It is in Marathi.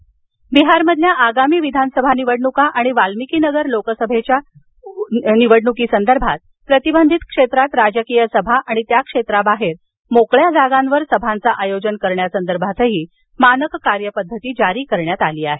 बिहार निवडणूक बिहारमधल्या आगामी विधानसभा निवडणुका आणि वाल्मिकी नगर लोकसभेच्या उपनिवडणुकांच्या दरम्यान प्रतिबंधित क्षेत्रात राजकीय सभा आणि त्या क्षेत्राबाहेर मोकळ्या जागांवर सभांचं आयोजन करण्यासंदर्भातही मानक कार्यपद्धती जारी करण्यात आली आहे